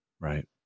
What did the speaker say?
Right